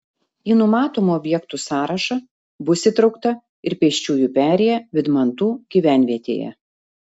į numatomų objektų sąrašą bus įtraukta ir pėsčiųjų perėja vydmantų gyvenvietėje